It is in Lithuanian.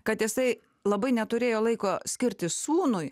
kad jisai labai neturėjo laiko skirti sūnui